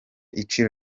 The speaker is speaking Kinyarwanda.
iciro